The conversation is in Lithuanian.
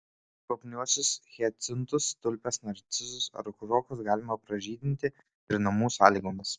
kvapniuosius hiacintus tulpės narcizus ar krokus galima pražydinti ir namų sąlygomis